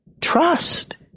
Trust